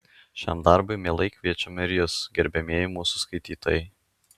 šiam darbui mielai kviečiame ir jus gerbiamieji mūsų skaitytojai